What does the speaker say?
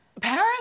Paris